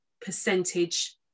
percentage